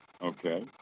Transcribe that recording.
Okay